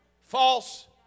false